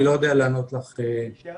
אני לא יודע לענות לך כעת.